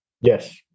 Yes